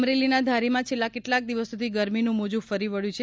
અમરેલીના ધારીમાં છેલ્લા કેટલાક દિવસોથી ગરમીનું મોજું ફરી વળ્યું છે